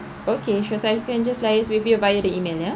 okay sure so I can just liaise with your via the internet yeah